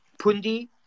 pundi